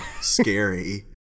scary